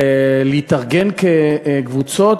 להתארגן כקבוצות,